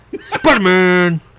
Spider-Man